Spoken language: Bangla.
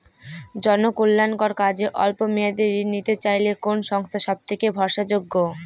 জনকল্যাণকর কাজে অল্প মেয়াদী ঋণ নিতে চাইলে কোন সংস্থা সবথেকে ভরসাযোগ্য?